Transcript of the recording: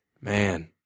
Man